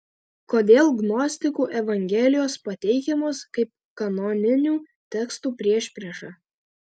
kodėl gnostikų evangelijos pateikiamos kaip kanoninių tekstų priešprieša